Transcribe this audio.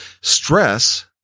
stress